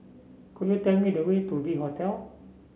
could you tell me the way to V Hotel